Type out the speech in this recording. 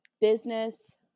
business